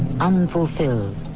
unfulfilled